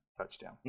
touchdown